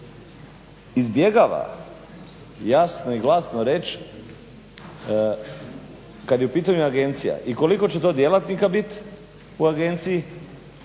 izbjegava jasno i glasno reć kad je u pitanju agencija i koliko će to djelatnika bit u agenciji